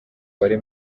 bari